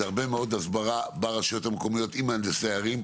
הרבה מאוד הסברה ברשויות המקומיות עם מהנדסי ערים,